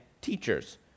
teachers